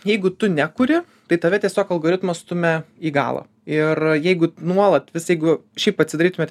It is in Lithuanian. jeigu tu nekuri tai tave tiesiog algoritmas stumia į galą ir jeigu nuolat vis jeigu šiaip atsidarytumėt